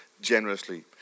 generously